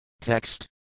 Text